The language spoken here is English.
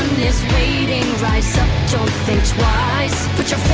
waiting rise up, don't think twice put your